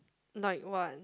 like what